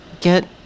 Get